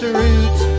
roots